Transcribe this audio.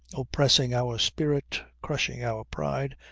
oppressing our spirit, crushing our pride,